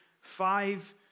five